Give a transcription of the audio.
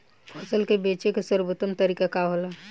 फसल के बेचे के सर्वोत्तम तरीका का होला?